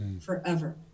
forever